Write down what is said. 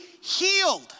healed